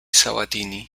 sabatini